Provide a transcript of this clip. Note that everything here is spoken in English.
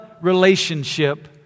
relationship